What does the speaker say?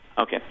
Okay